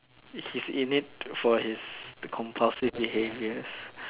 he's in it for his compulsive behaviours